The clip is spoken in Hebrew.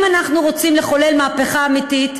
אם אנחנו רוצים לחולל מהפכה אמיתית,